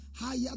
higher